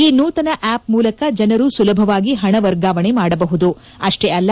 ಈ ನೂತನ ಆ್ವಪ್ ಮೂಲಕ ಜನರು ಸುಲಭವಾಗಿ ಹಣ ವರ್ಗಾವಣೆ ಮಾಡಬಹುದು ಅಷ್ಟೇ ಅಲ್ಲ